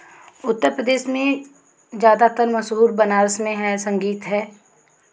उत्तर प्रदेश में ज़्यादातर मशहूर बनारस में है संगीत है